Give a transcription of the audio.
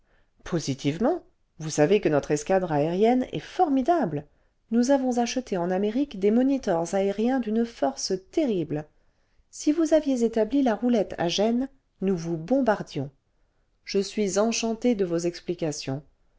positivement vous savez que notre escadre aérienne est formidable nous avons acheté en amérique des monitors aériens d'une force terrible si vous aviez établi la roulette à gênes nous vous bombardions je suis enchanté de vos explications